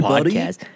Podcast